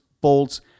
bolts